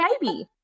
baby